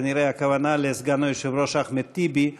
כנראה הכוונה לסגן היושב-ראש אחמד טיבי.